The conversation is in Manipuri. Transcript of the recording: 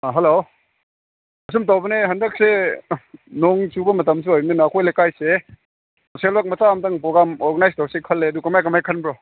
ꯍꯂꯣ ꯑꯁꯨꯝ ꯇꯧꯕꯅꯦ ꯍꯟꯗꯛꯁꯦ ꯅꯣꯡ ꯆꯨꯕ ꯃꯇꯝꯁꯨ ꯑꯣꯏꯕꯅꯤꯅ ꯑꯩꯈꯣꯏ ꯂꯩꯀꯥꯏꯁꯦ ꯁꯣꯁꯦꯜ ꯋꯥꯛ ꯃꯆꯥ ꯑꯃꯇꯪ ꯄ꯭ꯔꯣꯒ꯭ꯔꯥꯝ ꯑꯣꯔꯒꯅꯥꯏꯁ ꯇꯧꯁꯤ ꯈꯜꯂꯦ ꯑꯗꯨ ꯀꯃꯥꯏ ꯀꯃꯥꯏ ꯈꯟꯕ꯭ꯔꯣ